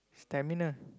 stamina